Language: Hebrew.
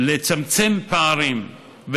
לצמצם פערים,